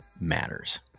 matters